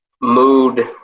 mood